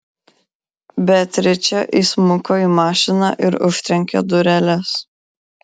beatričė įsmuko į mašiną ir užtrenkė dureles